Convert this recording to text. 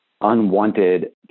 unwanted